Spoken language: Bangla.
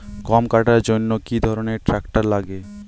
গম কাটার জন্য কি ধরনের ট্রাক্টার লাগে?